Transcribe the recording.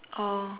oh